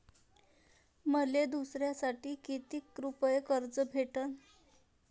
मले दसऱ्यासाठी कितीक रुपये कर्ज भेटन?